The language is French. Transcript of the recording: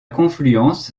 confluence